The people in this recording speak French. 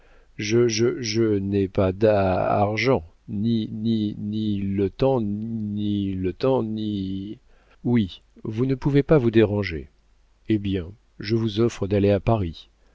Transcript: je n'ai pas d'aaargent ni ni ni le temps ni le temps ni oui vous ne pouvez pas vous déranger hé bien je vous offre d'aller à paris